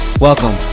Welcome